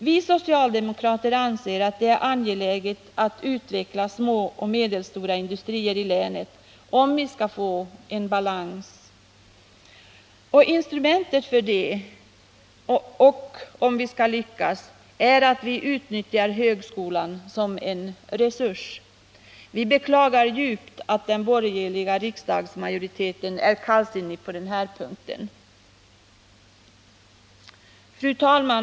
Vi socialdemokrater anser att det är angeläget att utveckla små och medelstora industrier i länet, om vi skall få en balans. Instrumentet för att vi skall lyckas är att vi utnyttjar högskolan som en resurs. Vi beklagar djupt att den borgerliga riksdagsmajoriteten är kallsinnig på den här punkten. Fru talman!